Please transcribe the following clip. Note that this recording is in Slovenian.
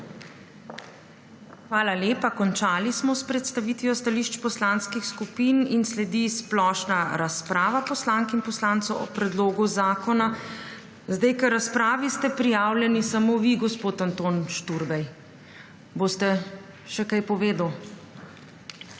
Hvala lepa. Končali smo s predstavitvijo stališč poslanskih skupin. Sledi splošna razprava poslank in poslancev o predlogu zakona. K razpravi ste prijavljeni smo vi, gospod Anton Šturbej. Boste še kaj povedali?